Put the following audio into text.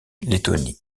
lettonie